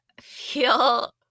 feel